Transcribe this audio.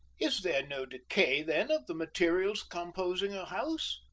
is there no decay, then, of the materials composing a house?